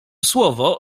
słowo